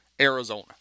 Arizona